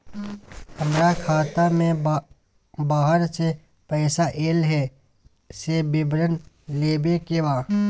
हमरा खाता में बाहर से पैसा ऐल है, से विवरण लेबे के बा?